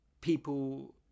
people